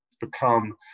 become